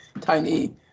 tiny